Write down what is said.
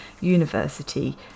University